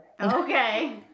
Okay